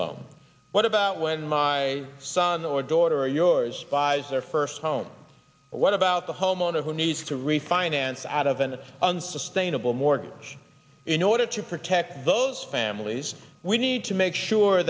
loan what about when my son or daughter or yours buys their first home but what about the homeowner who needs to refinance out of an unsustainable mortgage in order to protect those families we need to make sure